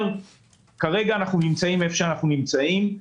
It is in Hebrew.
כרגע אנחנו נמצאים איפה שאנחנו נמצאים.